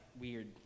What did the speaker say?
weird